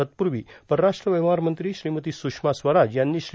तत्पूर्वी परराष्ट्र व्यवहार मंत्री श्रीमती सुषमा स्वराज यांनी श्री